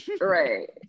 right